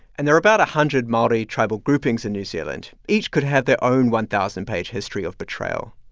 and there are about a hundred maori tribal groupings in new zealand. each could have their own one thousand page history of betrayal.